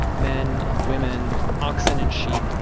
men and women, oxen and sheep,